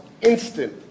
instant